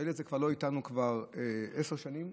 הילד הזה לא איתנו כבר עשר שנים,